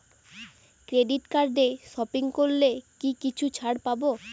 Credit কার্ডে shopping করলে কি কিছু ছাড় পাব?